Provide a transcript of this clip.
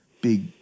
big